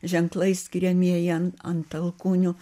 ženklai skiriamieji ant ant alkūnių